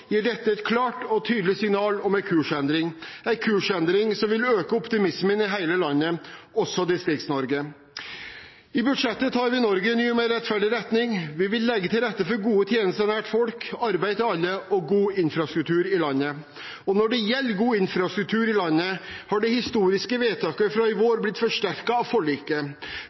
gir dette et klart og tydelig signal om en kursendring, en kursendring som vil øke optimismen i hele landet, også i Distrikts-Norge. I budsjettet tar vi Norge i en ny og mer rettferdig retning. Vi vil legge til rette for gode tjenester nær folk, arbeid til alle og god infrastruktur i landet. Og når det gjelder god infrastruktur i landet, har det historiske vedtaket fra i vår blitt forsterket av forliket,